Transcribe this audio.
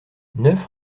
neuf